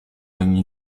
ogni